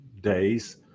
days